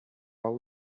all